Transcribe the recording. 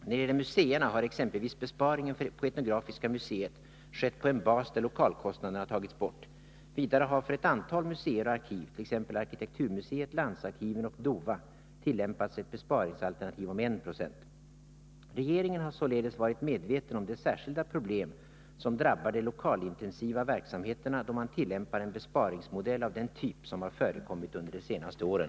När det gäller museerna har exempelvis besparingen på etnografiska museet skett på en bas där lokalkostnaderna har tagits bort. Vidare har för ett antal museer och arkiv, t.ex. arkitekturmuseet, landsarkiven och DOVA tillämpats ett besparingsalternativ om 1 96. Regeringen har således varit medveten om de särskilda problem som drabbar de ”lokalintensiva” verksamheterna då man tillämpar en besparingsmodell av den typ som har förekommit under de senaste åren.